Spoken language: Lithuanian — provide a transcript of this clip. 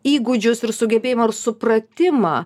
įgūdžius ir sugebėjimą ar supratimą